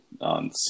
on